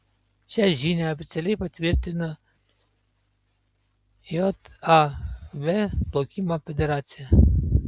šią žinią oficialiai patvirtino jav plaukimo federacija